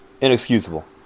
Inexcusable